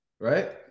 right